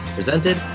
presented